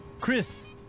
Chris